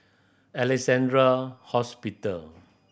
Alexandra Hospital